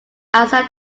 outside